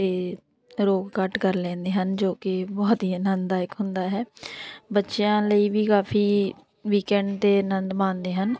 ਅਤੇ ਰੋਗ ਘੱਟ ਕਰ ਲੈਂਦੇ ਹਨ ਜੋ ਕਿ ਬਹੁਤ ਹੀ ਆਨੰਦਾਇਕ ਹੁੰਦਾ ਹੈ ਬੱਚਿਆਂ ਲਈ ਵੀ ਕਾਫ਼ੀ ਵੀਕੈਂਡ 'ਤੇ ਅਨੰਦ ਮਾਣਦੇ ਹਨ